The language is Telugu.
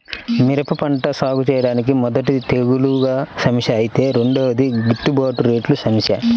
మిరప పంట సాగుచేయడానికి మొదటిది తెగుల్ల సమస్య ఐతే రెండోది గిట్టుబాటు రేట్ల సమస్య